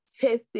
tested